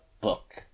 book